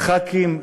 חברי כנסת,